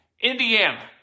Indiana